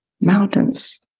mountains